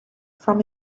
from